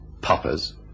Poppers